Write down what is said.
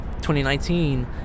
2019